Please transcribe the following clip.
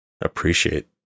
appreciate